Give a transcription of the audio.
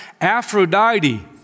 Aphrodite